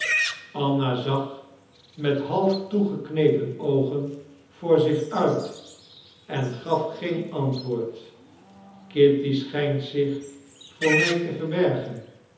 anna zag met half toegeknepen oogen voor zich uit en gaf geen antwoord kitty schijnt zich voor mij te verbergen